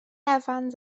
evans